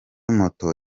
moto